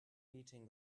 eating